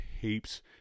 heaps